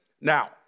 Now